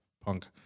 punk